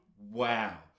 wow